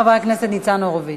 חבר הכנסת ניצן הורוביץ.